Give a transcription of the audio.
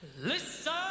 Listen